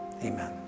Amen